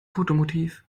fotomotiv